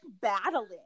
battling